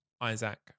Isaac